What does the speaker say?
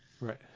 right